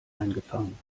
eingefangen